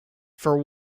for